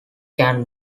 can